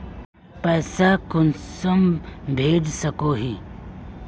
पैसा कुंसम भेज सकोही?